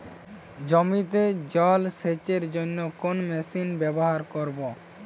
জমিতে জল সেচের জন্য কোন মেশিন ব্যবহার করব?